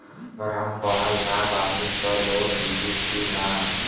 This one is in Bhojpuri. अगर हम पढ़ल ना बानी त लोन मिली कि ना?